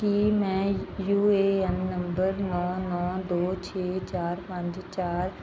ਕੀ ਮੈਂ U A N number ਨੌਂ ਨੌਂ ਦੋ ਛੇ ਚਾਰ ਪੰਜ ਚਾਰ